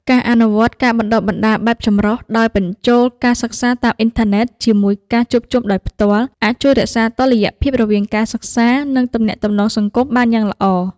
ការអនុវត្ត ការបណ្តុះបណ្តាលបែបចម្រុះ ដោយបញ្ចូលការសិក្សាតាមអ៊ីនធឺណិតជាមួយការជួបជុំដោយផ្ទាល់ អាចជួយរក្សាតុល្យភាពរវាងការសិក្សា និងទំនាក់ទំនងសង្គមបានយ៉ាងល្អ។